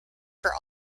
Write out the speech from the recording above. for